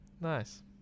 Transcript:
nice